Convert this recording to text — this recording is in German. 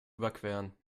überqueren